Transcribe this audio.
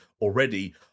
already